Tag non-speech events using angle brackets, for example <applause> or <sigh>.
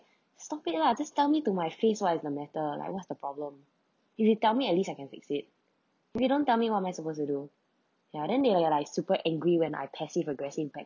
<breath> stop it lah just tell me to my face what is the matter like what's the problem if you tell me at least I can fix it if you don't tell me what am I supposed to do ya then they are like super angry when I passive aggressive but